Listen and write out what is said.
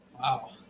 Wow